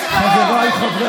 עם ישראל,